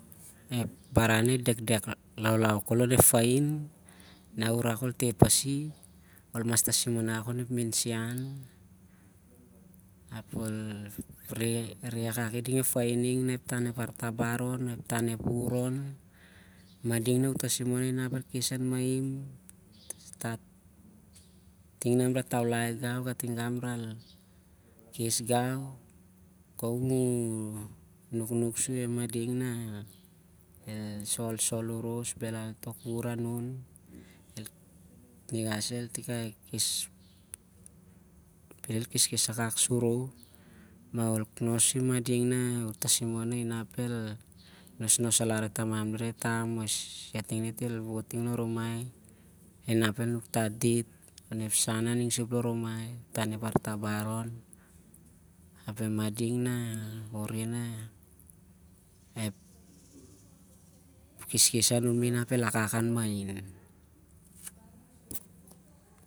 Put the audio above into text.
Ep baran nah idekdek laulau khol onep fain, nah urako teh pasi ap ol mas tasimon akak onep winisian, ap ep wuvur on, mading nah u- tasimon nah inap el khes mahin tin nah amrah taulai gau ap amrah khes gau. Gong u nuknuk sur- e- mading nah isolsol oros, bhelal tok wuvur arin bhel el keskes akak suru. Mah ol nos- sur e mading nah el nosalar e tamam dirau e- tam, nah- ep tarai dit el wo't tin lon rumai ap el nuktat dit, ep tan- ep artabar on ap e mading nah ol reh kanak inap ep kheskes anum el wakak an- mahin.